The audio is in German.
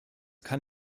kann